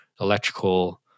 electrical